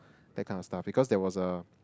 that kind of stuff because there was a